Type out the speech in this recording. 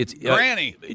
Granny